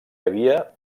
havia